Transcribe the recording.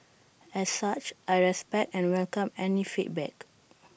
as such I respect and welcome any feedback